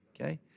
Okay